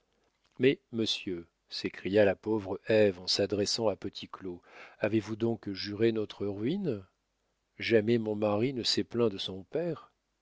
mais monsieur s'écria la pauvre ève en s'adressant à petit claud avez-vous donc juré notre ruine jamais mon mari ne s'est plaint de son père